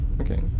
Okay